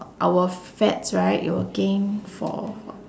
our f~ fats right it will gain for